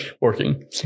working